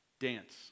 dance